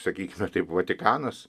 sakykime taip vatikanas